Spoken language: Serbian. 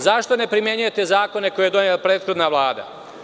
Zašto ne primenjujete zakone koje je donela prethodna Vlada?